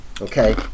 okay